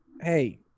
Hey